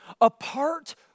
apart